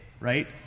right